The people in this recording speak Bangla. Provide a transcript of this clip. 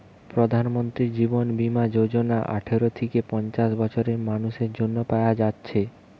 প্রধানমন্ত্রী জীবন যোজনা বীমা আঠারো থিকে পঞ্চাশ বছরের মানুসের জন্যে পায়া যাচ্ছে